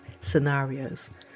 scenarios